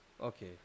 Okay